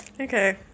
Okay